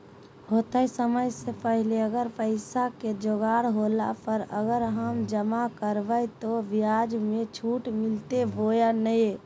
होतय समय से पहले अगर पैसा के जोगाड़ होला पर, अगर हम जमा करबय तो, ब्याज मे छुट मिलते बोया नय?